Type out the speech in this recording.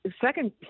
second